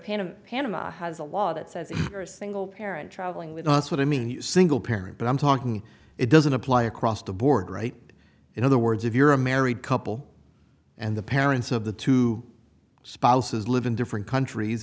pain of panama has a law that says you are a single parent traveling with that's what i mean the single parent but i'm talking it doesn't apply across the board rate in other words if you're a married couple and the parents of the two spouses live in different countries